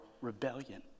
rebellion